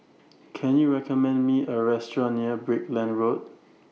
Can YOU recommend Me A Restaurant near Brickland Road